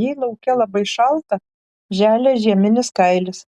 jei lauke labai šalta želia žieminis kailis